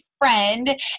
Friend